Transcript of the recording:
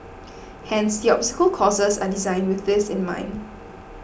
hence the obstacle courses are designed with this in mind